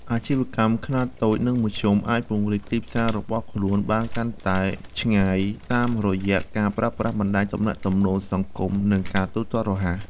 អាជីវកម្មខ្នាតតូច និងមធ្យមអាចពង្រីកទីផ្សាររបស់ខ្លួនបានកាន់តែឆ្ងាយតាមរយៈការប្រើប្រាស់បណ្តាញទំនាក់ទំនងសង្គមនិងការទូទាត់រហ័ស។